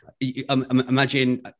imagine